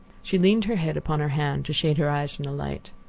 she leaned her head upon her hand to shade her eyes from the light.